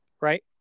Right